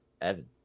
Evan